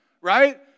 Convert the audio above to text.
right